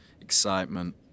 excitement